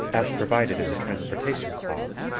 as provided in the transportation clause,